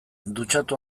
dutxatu